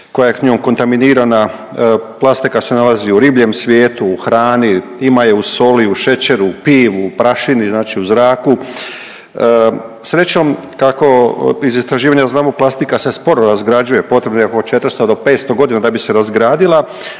koja je njom kontaminirana, plastika se nalazi u ribljem svijetu, u hrani, ima je u soli, u šećeru, u pivu, prašini, znači u zraku. Srećom kako iz istraživanja znamo plastika se sporo razgrađuje, potrebno je oko 400 do 500.g. da bi se razgradila,